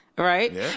Right